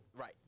Right